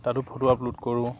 তাতো photo upload কৰোঁ